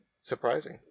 surprising